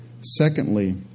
Secondly